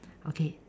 okay